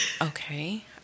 okay